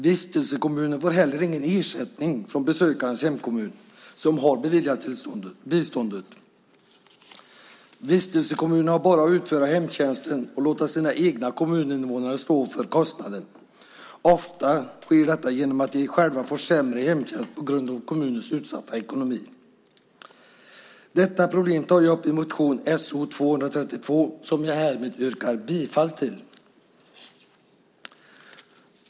Vistelsekommunen får heller ingen ersättning från besökarens hemkommun, som har beviljat biståndet. Vistelsekommunen har bara att utföra hemtjänsten och låta sina egna kommuninvånare stå för kostnaden. Ofta sker detta genom att de själva får sämre hemtjänst på grund av kommunens utsatta ekonomi. Detta problem tar jag upp i motion So232, som jag härmed yrkar bifall till.